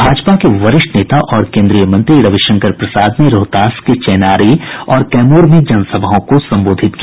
भाजपा के वरिष्ठ नेता और केन्द्रीय मंत्री रविशंकर प्रसाद ने रोहतास के चेनारी और कैमूर में जनसभाओं को संबोधित किया